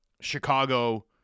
Chicago